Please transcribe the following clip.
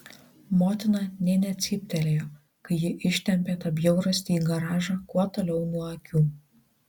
motina nė necyptelėjo kai ji ištempė tą bjaurastį į garažą kuo toliau nuo akių